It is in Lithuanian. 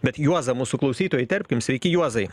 bet juozą mūsų klausytoją įterpkim sveiki juozai